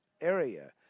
area